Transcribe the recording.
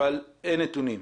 אבל אין נתונים.